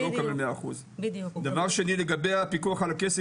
הוא לא מקבל 100%. דבר שני לגבי הפיקוח על הכסף,